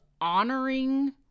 honoring